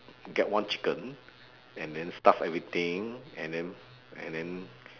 get one chicken and then stuff everything and then and then